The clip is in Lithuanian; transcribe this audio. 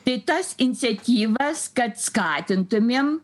tai tas iniciatyvas kad skatintumėm